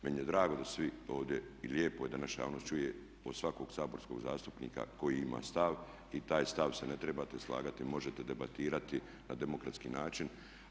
Meni je drago da svi ovdje i lijepo je da naša javnost čuje od svakog saborskog zastupnika koji ima stav i taj stav se ne trebate slagati, možete debatirati na demokratski način.